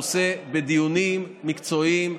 הנושא בדיונים מקצועיים,